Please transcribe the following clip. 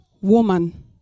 woman